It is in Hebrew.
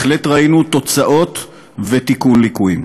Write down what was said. שבהחלט ראינו תוצאות ותיקון ליקויים.